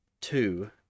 Two